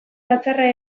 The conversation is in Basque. batzarra